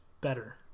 better